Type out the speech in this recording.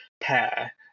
pair